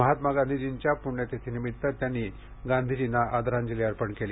महात्मा गांधी यांच्या पुण्यतिथीनिमित्त त्यांनी गांधीजींना श्रद्धांजली अर्पण केली